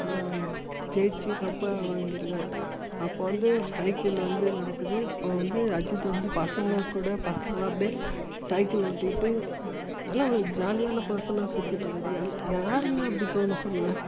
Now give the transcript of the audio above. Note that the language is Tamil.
ஜெயிச்சு கப்பா வாங்கிருக்கிறான் அப்போ வந்து சைக்கிள் வந்து நடக்குது அப்போ வந்து அஜித்து வந்து பசங்கக்கூட பசங்களை அப்படியே சைக்கிள் ஓட்டிக்கிட்டு நல்லா ஒரு ஜாலியான பர்சனாக சுற்றிட்டுருக்காரு யார் யாருக்குங்க அப்படி தோணும் சொல்லுங்கள்